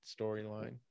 storyline